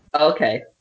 Okay